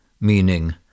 meaning